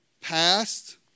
past